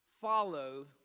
follow